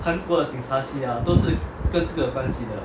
韩国的警察戏 ah 都是跟这个有关系的